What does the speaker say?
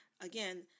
Again